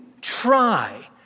try